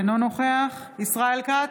אינו נוכח ישראל כץ,